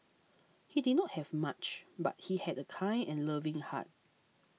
he did not have much but he had a kind and loving heart